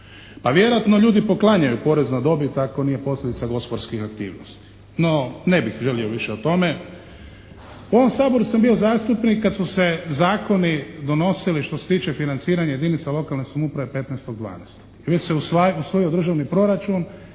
Ali vjerojatno ljudi poklanjaju porez na dobit ako nije posljedica gospodarskih aktivnosti. No ne bih želio više o tome. U ovom Saboru sam bio zastupnik kad su se zakoni donosili što se tiče financiranja jedinica lokalne samouprave 15.12.